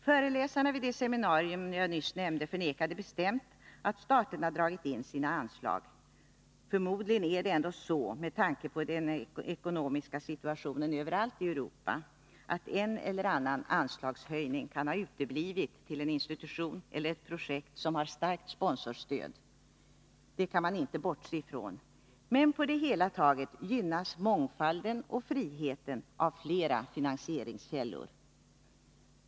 Föreläsarna vid det seminarium jag nyss nämnde förnekade bestämt att staten har dragit in sina anslag. Förmodligen är det ändå så, med tanke på den ekonomiska situationen överallt i Europa, att en eller annan anslagshöjning kan ha uteblivit till en institution eller ett projekt som har starkt sponsorstöd. Det kan man inte bortse ifrån. Men på det hela taget gynnas mångfalden och friheten av flera finansieringskällor.